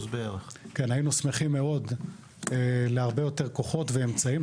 היינו שמחים כמובן להרבה יותר כוחות ואמצעים,